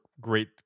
great